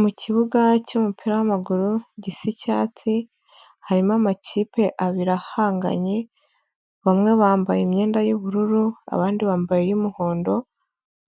Mu kibuga cy'umupira w'amaguru gisa icyatsi, harimo amakipe abiri ahanganye, bamwe bambaye imyenda y'ubururu, abandi bambaye iy'umuhondo,